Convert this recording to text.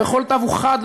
וכל תו הוא חד,